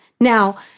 Now